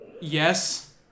yes